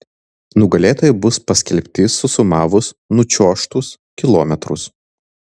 nugalėtojai bus paskelbti susumavus nučiuožtus kilometrus